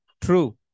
true